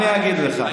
אני אגיד לך.